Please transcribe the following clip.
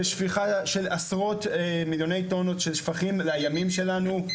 זה שפיכה של עשרות מיליוני טונות של שפכים לימים שלנו,